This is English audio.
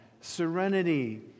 serenity